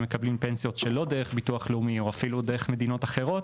מקבלים פנסיות שלא דרך ביטוח לאומי או דרך מדינות אחרות,